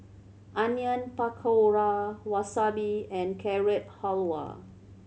Onion Pakora Wasabi and Carrot Halwa